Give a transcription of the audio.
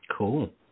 Cool